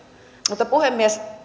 mutta puhemies